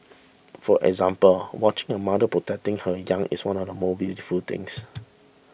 for example watching a mother protecting her young is one of the most beautiful things